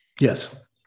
Yes